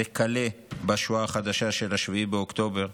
וכלה בשואה החדשה של 7 באוקטובר,